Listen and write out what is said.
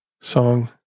song